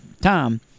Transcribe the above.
time